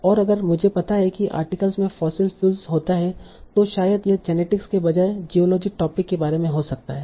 और अगर मुझे पता है कि आर्टिकल में फॉसिल फ्यूल्स होता है तो शायद यह जेनेटिक्स के बजाय जियोलॉजी टोपिक के बारे में हो सकता हैं